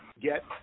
get